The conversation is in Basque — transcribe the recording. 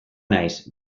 naiz